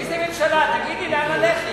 איזה ממשלה, תגיד לי לאן ללכת.